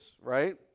right